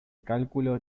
cálculo